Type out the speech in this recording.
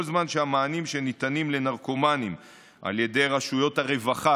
כל זמן שהמענים שניתנים לנרקומנים על ידי רשויות הרווחה,